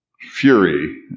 fury